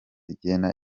igenda